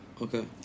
Okay